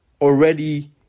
already